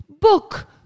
book